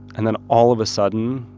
and then all of a sudden,